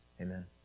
Amen